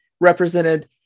represented